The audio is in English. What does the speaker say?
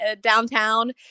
downtown